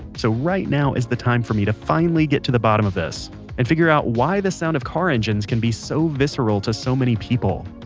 so, right now is the time for me to finally get to the bottom of this and figure out why the sounds of car engines can be so visceral to so many people.